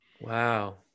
Wow